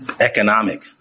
Economic